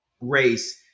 race